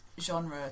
genre